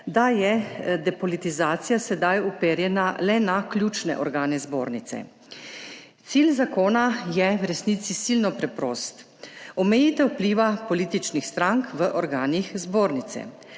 da je depolitizacija sedaj uperjena le na ključne organe Zbornice. Cilj zakona je v resnici silno preprost: omejitev vpliva političnih strank v organih Zbornice,